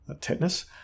tetanus